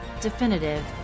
definitive